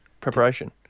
preparation